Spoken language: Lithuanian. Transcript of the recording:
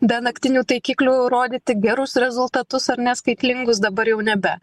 be naktinių taikiklių rodyti gerus rezultatus ar ne skaitlingus dabar jau nebe